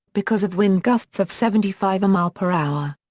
because of wind gusts of seventy five mph.